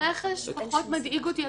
רכש פחות מדאיג אותי,